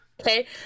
okay